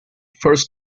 first